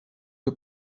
que